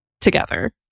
together